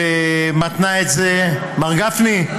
ומתנה את זה, מר גפני,